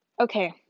Okay